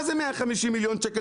מה זה 150 מיליון שקל?